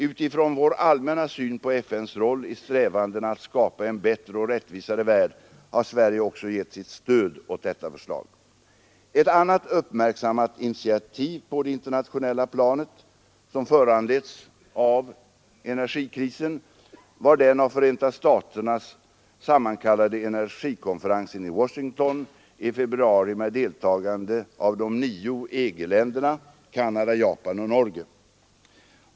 Utifrån vår allmänna syn på FN:s roll i strävandena att skapa en bättre och rättvisare värld har Sverige också gett sitt stöd åt detta förslag. Ett annat uppmärksammat initiativ på det internationella planet, som föranletts av energikrisen, var den av Förenta staterna sammankallade energikonferensen i Washington i februari med deltagande av de nio EG-länderna, Canada, Japan och Norge.